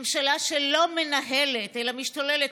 ממשלה שלא מנהלת אלא משתוללת,